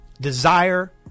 desire